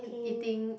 eating